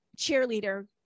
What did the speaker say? cheerleader